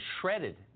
shredded